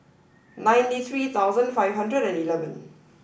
ninety three thousand five hundred and eleven